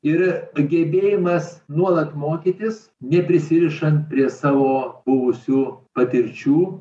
ir gebėjimas nuolat mokytis neprisirišant prie savo buvusių patirčių